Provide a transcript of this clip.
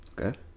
Okay